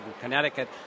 Connecticut